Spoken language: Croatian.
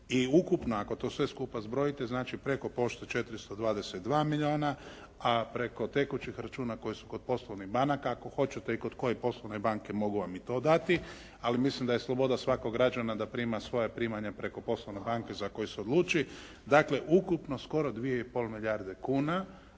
i ukupna ako to sve skupa zbrojite znači preko pošte 422 milijuna, a preko tekućih računa koji su kod poslovnih banaka ako hoćete i kod koje poslovne banke mogu vam i to dati. Ali mislim da je sloboda svakog građana da prima svoja primanja preko poslovne banke za koju se odluči. Dakle, ukupno skoro 2 i pol milijarde kuna